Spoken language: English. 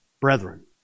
Brethren